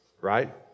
right